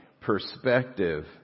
perspective